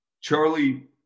Charlie